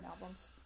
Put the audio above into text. albums